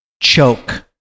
choke